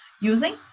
using